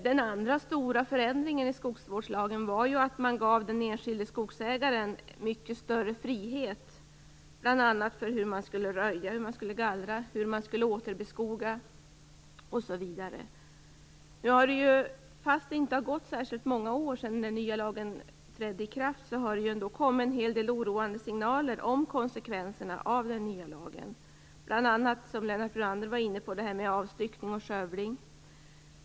Den andra stora förändringen i skogsvårdslagen var att den enskilde skogsägaren gavs mycket större frihet, bl.a. för hur man skulle röja, gallra, återbeskoga osv. Fastän det inte har gått särskilt många år sedan den nya lagen trädde i kraft har det kommit en hel del oroande signaler om konsekvenserna av den nya lagen. Det gäller bl.a. avstyckning och skövling, som Lennart Brunander var inne på.